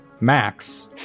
Max